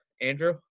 Andrew